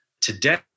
Today